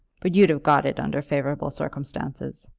but you'd have got it under favourable circumstances.